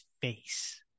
face